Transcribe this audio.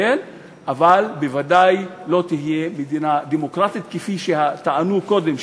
אבל בוודאי לא תהיה מדינה דמוקרטית כפי שטענו קודם,